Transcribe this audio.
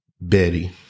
Betty